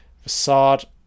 facade